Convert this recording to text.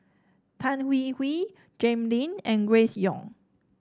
Tan Hwee Hwee Jay Lim and Grace Young